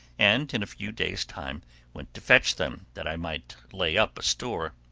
and in a few days' time went to fetch them, that i might lay up a store.